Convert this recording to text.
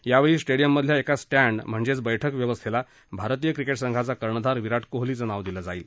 यावेळी स्टेडियममधल्या एका स्टँड म्हणजेच बैठक व्यवस्थेला भारतीय क्रिकेट संघाचा कर्णधार विराट कोहलीचं नाव दिलं जाईल